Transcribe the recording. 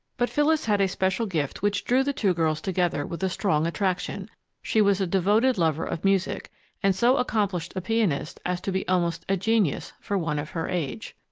but phyllis had a special gift which drew the two girls together with a strong attraction she was a devoted lover of music and so accomplished a pianist as to be almost a genius for one of her age.